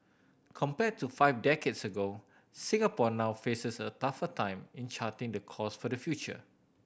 compared to five decades ago Singapore now faces a tougher time in charting the course for the future